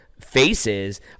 faces